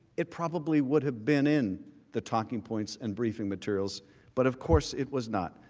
it probably would have been in the talking points and briefing materials but of course, it was not.